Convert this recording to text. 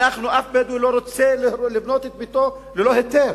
אף בדואי לא רוצה לבנות את ביתו ללא היתר,